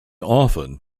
often